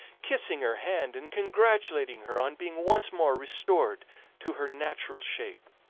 kissing her hand and congratulating her on being once more restored to her natural shape.